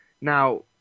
Now